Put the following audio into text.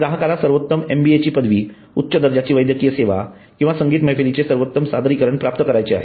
ग्राहकाला सर्वोत्तम एमबीए ची पदवी उच्च दर्जाची वैद्यकीय सेवा किंवा संगीत मैफिलीचे सर्वोत्तम सादरीकरण प्राप्त करायचे आहे